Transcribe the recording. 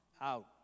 Out